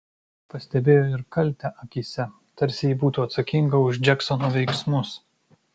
pastebėjo ir kaltę akyse tarsi ji būtų atsakinga už džeksono veiksmus